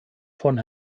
von